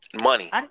Money